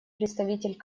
представитель